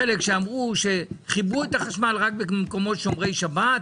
חלק אמרו שחיברו את החשמל רק במקומות שומרי שבת,